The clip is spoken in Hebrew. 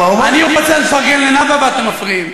אני רוצה לפרגן לנאוה ואתם מפריעים.